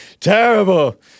Terrible